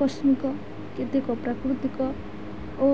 ଆକସ୍ମିକ କେତିକ ପ୍ରାକୃତିକ ଓ